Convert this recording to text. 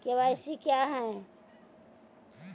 KYC क्या हैं?